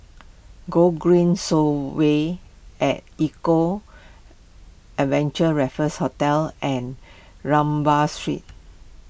Gogreen Segway at Eco Adventure Raffles Hotel and Rambau Street